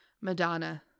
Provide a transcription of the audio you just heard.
Madonna